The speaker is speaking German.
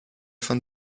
von